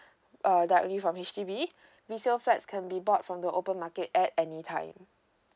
uh directly from H_D_B resale flat can be bought from the open market at any time